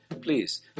please